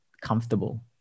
comfortable